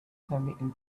something